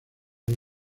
una